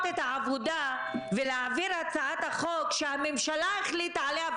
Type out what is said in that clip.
את העבודה ולהעביר את הצעת החוק שהממשלה החליטה עליה,